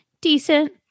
decent